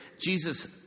Jesus